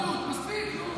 משה טור פז (יש עתיד): הרי אתה יודע,